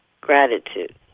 Gratitude